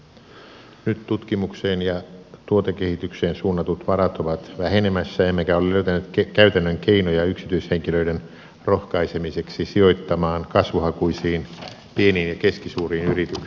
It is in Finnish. nyt tutkimukseen ja tuotekehitykseen suunnatut varat ovat vähenemässä emmekä ole löytäneet käytännön keinoja yksityishenkilöiden rohkaisemiseksi sijoittamaan kasvuhakuisiin pieniin ja keskisuuriin yrityksiin